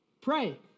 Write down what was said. Pray